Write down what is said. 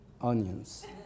Onions